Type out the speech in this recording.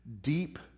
deep